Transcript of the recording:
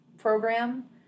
program